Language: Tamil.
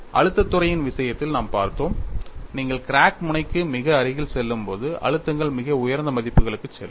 அழுத்தத் துறையின் விஷயத்தில் நாம் பார்த்தோம் நீங்கள் கிராக் முனைக்கு மிக அருகில் செல்லும்போது அழுத்தங்கள் மிக உயர்ந்த மதிப்புகளுக்குச் செல்லும்